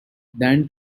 than